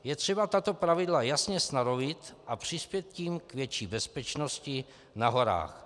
Je třeba tato pravidla jasně stanovit a přispět tím k větší bezpečnosti na horách.